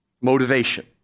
motivation